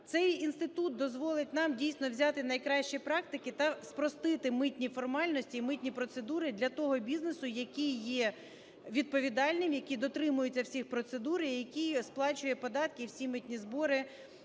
Цей інститут дозволить нам дійсно взяти найкращі практики та спростити митні формальності і митні процедури для того бізнесу, який є відповідальним, який дотримується всіх процедур і який сплачує податки і всі митні збори,